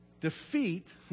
Defeat